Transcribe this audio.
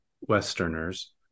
Westerners